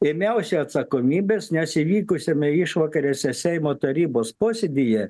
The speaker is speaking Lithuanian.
ėmiausi atsakomybės nes įvykusiame išvakarėse seimo tarybos posėdyje